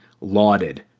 lauded